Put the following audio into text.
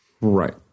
Right